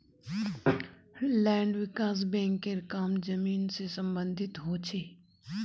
land विकास बैंकेर काम जमीन से सम्बंधित ह छे